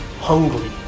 hungry